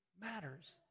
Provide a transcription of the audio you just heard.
matters